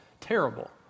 terrible